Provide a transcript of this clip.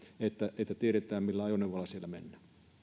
että tiedetään millä ajoneuvoasialla mennään